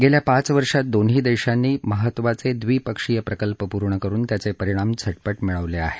गेल्या पाच वर्षात दोन्ही देशांनी महत्त्वाचे द्विपक्षीय प्रकल्प पूर्ण करुन त्याचे परिणाम झटपट मिळवले आहेत